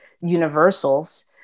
universals